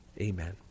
Amen